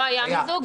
לא היה מיזוג.